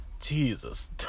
Jesus